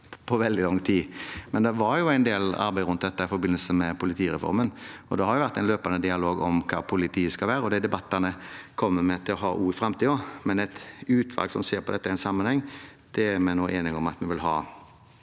på veldig lang tid. Det var jo en del arbeid med dette i forbindelse med politireformen, og det har vært en løpende dialog om hva politiet skal være. De debattene kommer vi til å ha også i framtiden. Men et utvalg som ser på dette i en sammenheng, er vi nå enige om at vi vil ha.